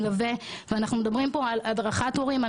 ואנחנו מדברים פה על הדרכת הורים.